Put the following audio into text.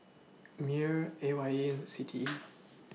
Mewr A Y E and C T E